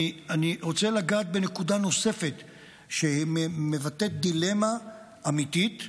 אני רוצה לגעת בנקודה נוספת שמבטאת דילמה אמיתית,